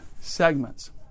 segments